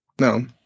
No